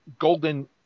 golden